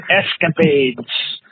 escapades